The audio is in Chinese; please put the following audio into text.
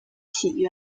起源